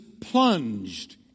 plunged